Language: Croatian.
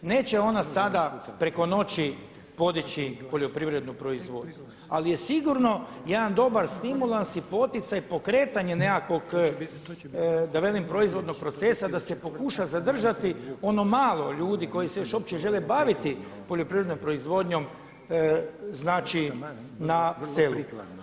Neće ona sada preko noći podići poljoprivrednu proizvodnju, ali je sigurno jedan dobar stimulans i poticaj pokretanje nekakvog da velim proizvodnog procesa da se pokuša zadržati ono malo ljudi koji se još uopće žele baviti poljoprivrednom proizvodnjom, znači na selu.